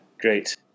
Great